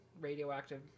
Radioactive